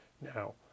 Now